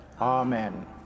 Amen